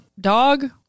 dog